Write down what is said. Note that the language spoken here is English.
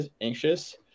anxious